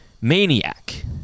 maniac